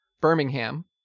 Birmingham